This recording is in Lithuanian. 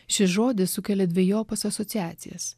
šis žodis sukelia dvejopas asociacijas